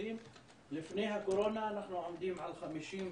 לפני הקורונה אנחנו עומדים על 53%,